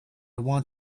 want